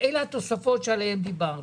אלה התוספות עליהן דיברנו.